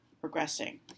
progressing